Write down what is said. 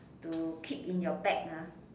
to keep in your bag ah